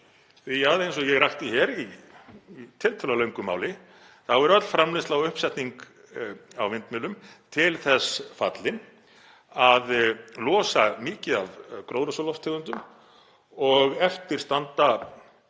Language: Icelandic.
Eins og ég rakti hér í tiltölulega löngu máli þá er öll framleiðsla og uppsetning á vindmyllum til þess fallin að losa mikið af gróðurhúsalofttegundum og eftir standa